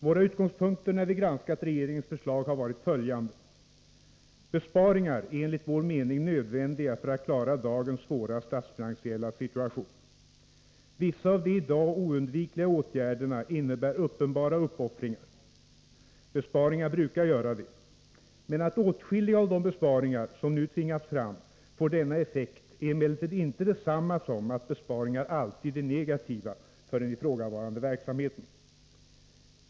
Våra utgångspunkter när vi granskat regeringens förslag har varit följande: Besparingar är enligt vår mening nödvändiga för att klara dagens svåra statsfinansiella situation. Vissa av de i dag oundvikliga åtgärderna innebär uppenbara uppoffringar. Besparingar brukar göra det, men att åtskilliga av de besparingar som nu tvingats fram får denna effekt är emellertid inte detsamma som att besparingar alltid är negativa för den ifrågavarande verksamheten.